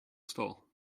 stall